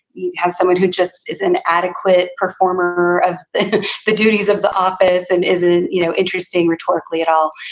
you have someone who just is an adequate performer of the duties of the office and is an you know interesting rhetorically at all.